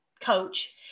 coach